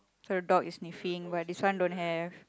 so your dog is sniffing but this one don't have